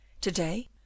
Today